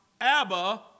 Abba